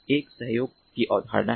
एक सहयोग की अवधारणा है